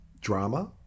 drama